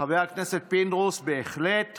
חבר הכנסת פינדרוס, בהחלט.